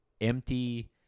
empty